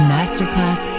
Masterclass